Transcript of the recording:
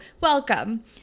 welcome